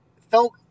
felt